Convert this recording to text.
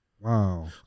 Wow